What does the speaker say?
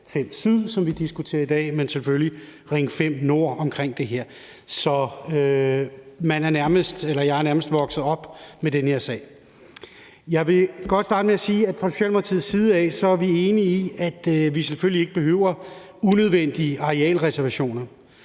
i syd, som vi diskuterer i dag, men selvfølgelig i forhold til Ring 5 i nord. Så jeg er nærmest vokset op med den her sag. Jeg vil godt starte med at sige, at fra Socialdemokratiets side er vi enige i, at vi selvfølgelig ikke behøver unødvendige arealreservationer.